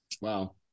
wow